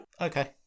Okay